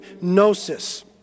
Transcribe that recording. gnosis